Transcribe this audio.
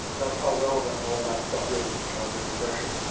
that's how relevant all that stuff is to childhood depression.